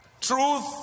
Truth